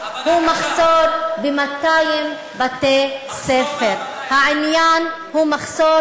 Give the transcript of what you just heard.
הבנה קשה של, העניין הוא, הבנה קשה.